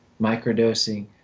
Microdosing